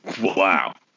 Wow